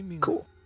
Cool